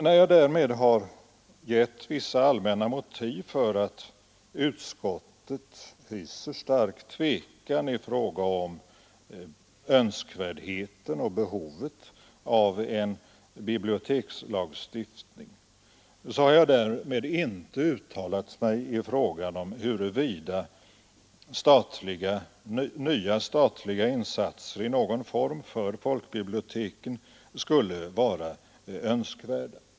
När jag nu har angivit vissa allmänna motiv för att utskottet hyser stark tvekan i fråga om önskvärdheten och behovet av en bibliotekslagstiftning, så har jag inte därmed uttalat mig i frågan, huruvida nya statliga insatser i någon form för folkbiblioteken skulle vara önskvärda.